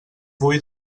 vull